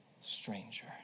stranger